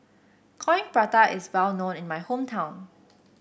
Coin Prata is well known in my hometown